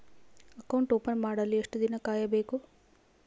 Account open ಮಾಡಲು ಎಷ್ಟು ದಿನ ಕಾಯಬೇಕು?